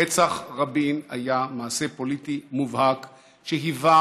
רצח רבין היה מעשה פוליטי מובהק שהיווה